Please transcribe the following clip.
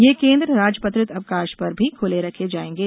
ये केंद्र राजपत्रित अवकाश पर भी खुले रखे जाएंगे